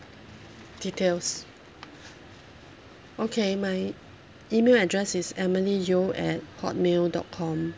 details okay my email address is emily yeo at Hotmail dot com